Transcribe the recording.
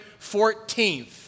14th